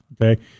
okay